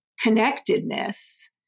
connectedness